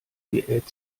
diät